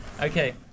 Okay